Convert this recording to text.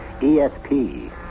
ESP